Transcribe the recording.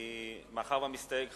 מאחר שהמסתייג,